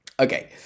Okay